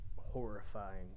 horrifying